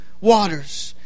waters